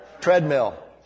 Treadmill